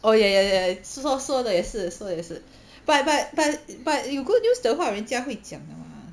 oh ya ya ya 说说的也是说也是 but but but but 有 good news 的话人家会讲的吗